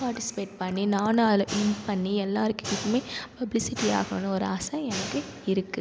participate பண்ணி நானும் அதில் வின் பண்ணி எல்லோருக்குமே பப்லிசிட்டியக போகணும் ஒரு ஆசை எனக்கு இருக்குது